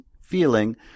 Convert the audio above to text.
feeling